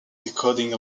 decoding